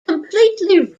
completely